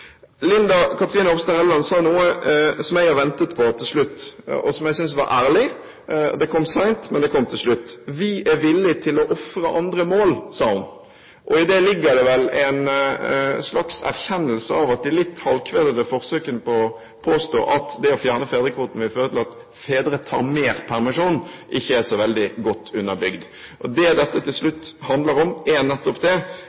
Linda C. Hofstad Helleland sa noe til slutt som jeg har ventet på, og som jeg synes var ærlig. Det kom sent, men det kom til slutt. Hun sa at «vi er villig til å ofre andre mål». I det ligger det vel en slags erkjennelse av at det litt halvkvedete forsøket på å påstå at det å fjerne fedrekvoten vil føre til at fedre tar mer permisjon, ikke er så veldig godt underbygd. Det dette til slutt handler om, er nettopp det: